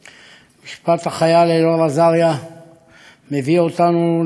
משפט החייל אלאור אזריה מביא אותנו לדיון עמוק